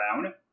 Brown